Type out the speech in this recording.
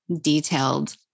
detailed